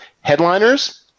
Headliners